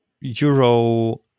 euro